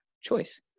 choice